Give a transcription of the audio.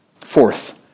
Fourth